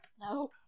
No